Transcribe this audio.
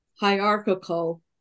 hierarchical